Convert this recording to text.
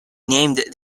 named